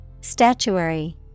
Statuary